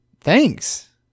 thanks